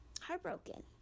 heartbroken